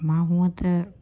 मां हुअं त